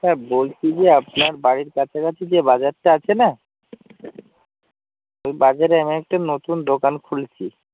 হ্যাঁ বলছি যে আপনার বাড়ির কাছাকাছি যে বাজারটা আছে না ওই বাজারে আমি একটা নতুন দোকান খুলছি